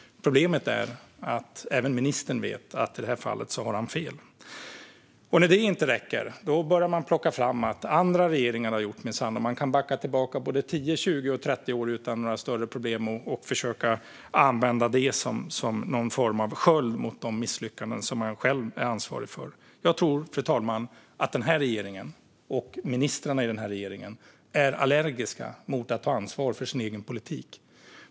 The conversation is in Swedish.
Problemet är att även ministern vet att han i det här fallet har fel. När det inte räcker börjar man plocka fram vad andra regeringar minsann har gjort, och man kan backa tillbaka både 10, 20 och 30 år utan några större problem och försöka använda det som någon form av sköld mot de misslyckanden som man själv är ansvarig för. Jag tror, fru talman, att den här regeringen och ministrarna i den här regeringen är allergiska mot att ta ansvar för sin egen politik.